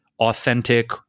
authentic